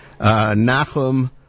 Nachum